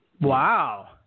Wow